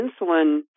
insulin